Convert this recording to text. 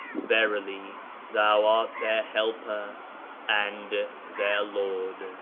verily thou art their helper and their lord.